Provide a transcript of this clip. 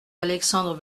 alexandre